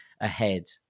ahead